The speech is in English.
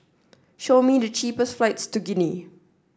show me the cheapest flights to Guinea